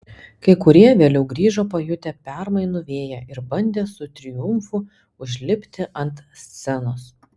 kai kurie vėliau grįžo pajutę permainų vėją ir bandė su triumfu užlipti ant scenos